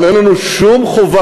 אבל אין לנו שום חובה,